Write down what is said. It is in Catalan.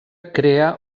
crea